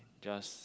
just